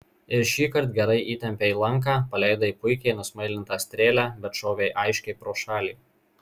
ir šįkart gerai įtempei lanką paleidai puikiai nusmailintą strėlę bet šovei aiškiai pro šalį